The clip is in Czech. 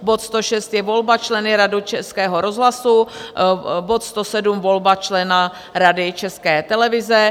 Bod 106 je volba člena rady Českého rozhlasu, bod 107 volba člena rady České televize.